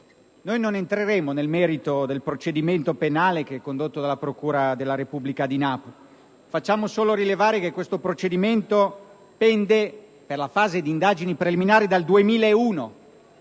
Non entreremo nel merito del procedimento penale condotto dalla procura della Repubblica di Napoli. Facciamo solo rilevare che questo procedimento pende, per la fase di indagini preliminari, dal 2001